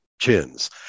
Chins